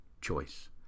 choice